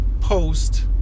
post